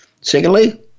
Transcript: Secondly